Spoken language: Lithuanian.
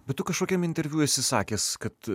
bet tu kažkokiam interviu esi sakęs kad